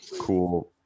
cool